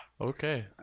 Okay